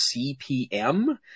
CPM